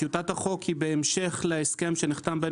טיוטת החוק היא בהמשך להסכם שנחתם בין